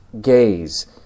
gaze